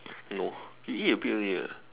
no he eat a bit only